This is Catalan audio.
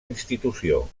institució